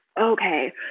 Okay